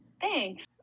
Thanks